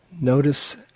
notice